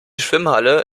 schwimmhalle